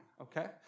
okay